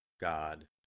God